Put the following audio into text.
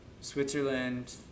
Switzerland